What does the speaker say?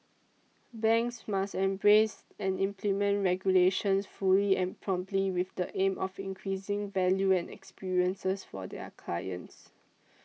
banks must embrace and implement regulations fully and promptly with the aim of increasing value and experiences for their clients